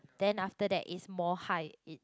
then after that it's more high it